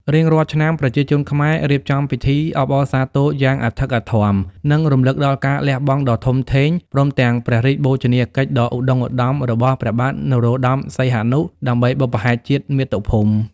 រៀងរាល់ឆ្នាំ ប្រជាជនខ្មែររៀបចំពិធីអបអរសាទរយ៉ាងអធិកអធម និងរំឭកដល់ការលះបង់ដ៏ធំធេង ព្រមទាំងព្រះរាជបូជនីយកិច្ចដ៏ឧត្តុង្គឧត្តមរបស់ព្រះបាទនរោត្ដម សីហនុ ដើម្បីបុព្វហេតុជាតិ មាតុភូមិ។